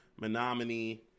Menominee